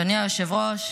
אדוני היושב-ראש,